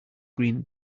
green